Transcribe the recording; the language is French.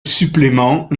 suppléments